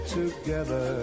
together